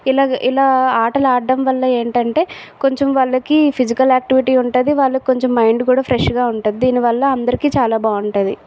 ఇలాగా ఇలా ఆటలు ఆడడం వల్ల ఏంటంటే కొంచెం వాళ్ళకి ఫిజికల్ యాక్టివిటీ ఉంటుంది వాళ్ళు కొంచెం మైండ్ కూడా ఫ్రెష్గా ఉంటుంది దీని వల్ల అందరికీ చాలా బాగుంటుంది